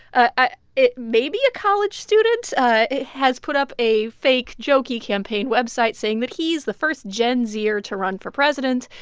ah it may be a college student has put up a fake, jokey campaign website saying that he's the first gen z-er to run for president.